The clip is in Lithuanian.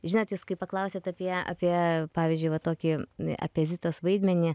žinot jūs kai paklausėt apie apie pavyzdžiui va tokį apie zitos vaidmenį